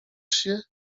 się